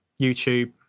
YouTube